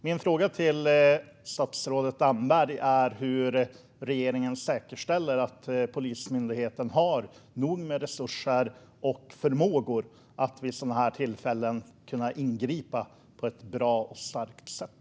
Min fråga till statsrådet Damberg är hur regeringen säkerställer att Polismyndigheten har nog med resurser och förmågor för att vid sådana här tillfällen ingripa på ett bra och snabbt sätt.